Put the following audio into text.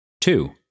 Two